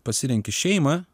pasirenki šeimą